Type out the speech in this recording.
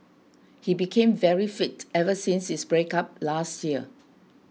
he became very fit ever since his breakup last year